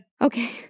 Okay